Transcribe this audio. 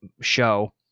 show